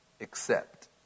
accept